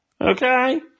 Okay